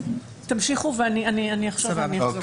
תמשיכו האלה, אני אחשוב על זה.